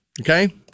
okay